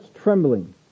trembling